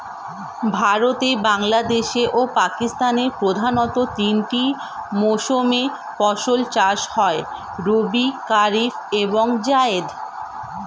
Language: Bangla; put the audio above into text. ভারতে, বাংলাদেশ ও পাকিস্তানের প্রধানতঃ তিনটি মৌসুমে ফসল চাষ হয় রবি, কারিফ এবং জাইদ